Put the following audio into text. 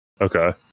Okay